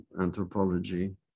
anthropology